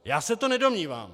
Já se to nedomnívám.